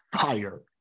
fire